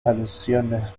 alusiones